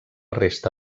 resta